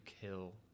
kill